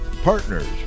Partners